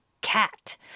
cat